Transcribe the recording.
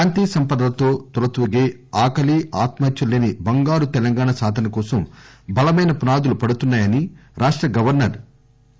శాంతి సంపదల తో తులతూగే ఆకలి ఆత్మహత్యలు లేని బంగారు తెలంగాణ సాధనకోసం బలమైన పునాదులు పడుతున్నాయని రాష్ట గవర్నర్ డా